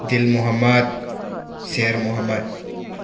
ꯗꯤꯜ ꯃꯣꯍꯣꯃꯠ ꯁꯦꯔ ꯃꯣꯍꯣꯃꯠ